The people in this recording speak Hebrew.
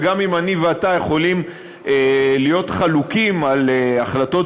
וגם אני ואתה יכולים להיות חלוקים על החלטות